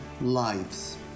lives